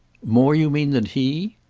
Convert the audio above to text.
more, you mean, than he?